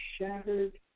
shattered